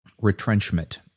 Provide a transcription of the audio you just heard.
retrenchment